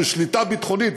של שליטה ביטחונית,